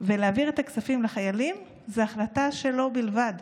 ולהעביר את הכספים לחיילים זו החלטה שלו בלבד.